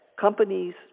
Companies